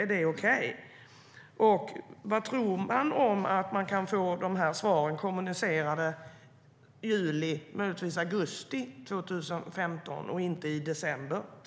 Vad tror statsrådet om att kunna få reglerna inför 2016 kommunicerade i juli eller möjligtvis augusti 2015 och inte i december?